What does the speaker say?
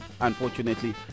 unfortunately